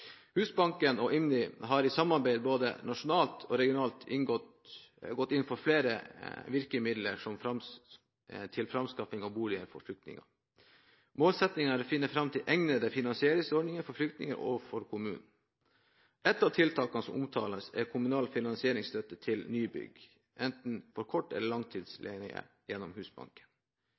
Husbanken og IMDi har i samarbeid både nasjonalt og regionalt gått inn for flere virkemidler for å skaffe boliger for flyktninger. Målsettingen er å finne fram til egnede finansieringsordninger for flyktninger og for kommunene. Ett av tiltakene som omtales, er kommunal finansieringsstøtte til nybygg for korttidsleie eller langtidsleie gjennom Husbanken.